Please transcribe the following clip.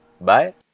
Bye